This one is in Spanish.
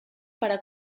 para